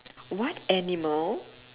what animal